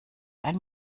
ein